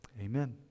amen